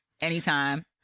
anytime